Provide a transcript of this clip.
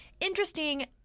interesting